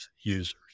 users